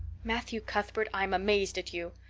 matthew cuthbert, i'm amazed at you.